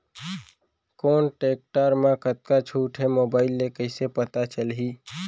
कोन टेकटर म कतका छूट हे, मोबाईल ले कइसे पता चलही?